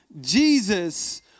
Jesus